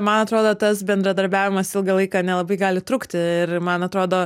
man atrodo tas bendradarbiavimas ilgą laiką nelabai gali trukti ir man atrodo